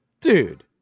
dude